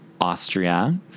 Austria